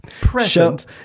Present